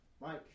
Mike